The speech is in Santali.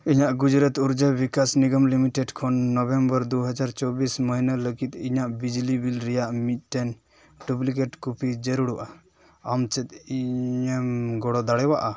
ᱤᱧᱟᱹᱜ ᱜᱩᱡᱽᱨᱟᱴ ᱩᱨᱡᱟ ᱵᱤᱠᱟᱥ ᱱᱤᱜᱚᱢ ᱞᱤᱢᱤᱴᱮᱰ ᱠᱷᱚᱱ ᱱᱚᱵᱷᱮᱢᱵᱚᱨ ᱫᱩ ᱦᱟᱡᱟᱨ ᱪᱚᱵᱵᱤᱥ ᱢᱟᱹᱦᱱᱟᱹ ᱞᱟᱹᱜᱤᱫ ᱤᱧᱟᱹᱜ ᱵᱤᱡᱽᱞᱤ ᱵᱤᱞ ᱨᱮᱭᱟᱜ ᱢᱤᱫᱴᱮᱱ ᱰᱩᱵᱽᱞᱤᱠᱮᱴ ᱠᱚᱯᱤ ᱡᱟᱹᱨᱩᱲᱚᱜᱼᱟ ᱟᱢ ᱪᱮᱫ ᱤᱧᱮᱢ ᱜᱚᱲᱚ ᱫᱟᱲᱮᱭᱟᱜᱼᱟ